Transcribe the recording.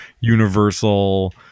universal